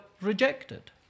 rejected